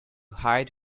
hide